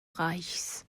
reichs